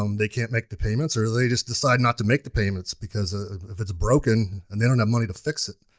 um they can't make the payments, or they just decide not to make the payments because ah if it's broken and they don't have money to fix it.